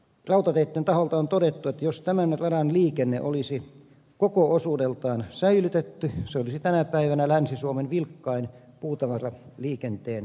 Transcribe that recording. rautateitten taholta on todettu että jos tämän radan liikenne olisi koko osuudeltaan säilytetty se olisi tänä päivänä länsi suomen vilkkain puutavaraliikenteen rata